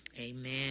Amen